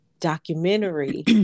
documentary